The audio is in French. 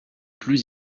plus